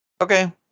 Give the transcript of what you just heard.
okay